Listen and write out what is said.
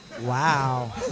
Wow